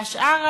והשאר,